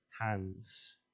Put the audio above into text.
hands